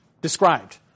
described